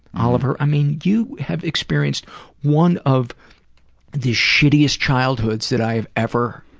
oliver. i mean, you have experienced one of the shittiest childhoods that i have ever